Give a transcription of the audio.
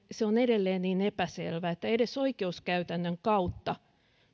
se on edelleen niin epäselvä että edes oikeuskäytännön kautta